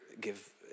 give